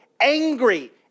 angry